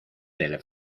del